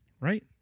Right